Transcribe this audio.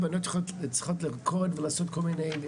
ובנות צריכות לרקוד ולעשות כל מיני...